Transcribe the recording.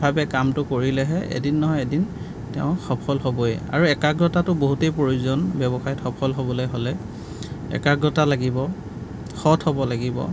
ভাৱে কামটো কৰিলেহে এদিন নহয় এদিন তেওঁ সফল হ'বই আৰু একাগ্ৰতাটো বহুতেই প্ৰয়োজন ব্যৱসায়ত সফল হ'বলৈ হ'লে একাগ্ৰতা লাগিব সৎ হ'ব লাগিব